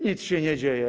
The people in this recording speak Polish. Nic się nie dzieje.